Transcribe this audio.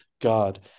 God